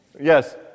Yes